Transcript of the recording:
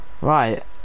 Right